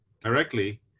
directly